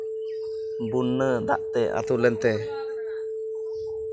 ᱵᱚᱱᱱᱟ ᱫᱟᱜ ᱛᱮ ᱟᱛᱩ ᱞᱮᱱᱛᱮ